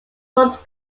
was